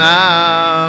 now